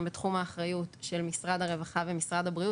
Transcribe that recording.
הם בתחום האחריות של משרד הרווחה ומשרד הבריאות.